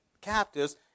captives